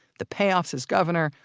the payoffs as governor,